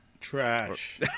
Trash